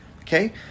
okay